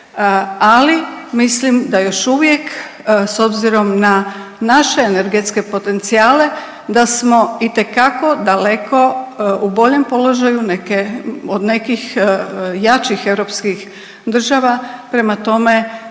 ali mislim da još uvijek s obzirom na naše energetske potencijale da smo itekako daleko u boljem položaju od nekih jačih europskih države, prema tome